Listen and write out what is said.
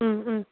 ꯎꯝ ꯎꯝ